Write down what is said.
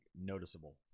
noticeable